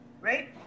right